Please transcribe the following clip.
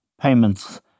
payments